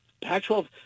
Pac-12